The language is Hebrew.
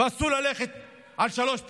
אסור ללכת על שלוש פעימות.